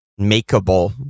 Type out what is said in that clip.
makeable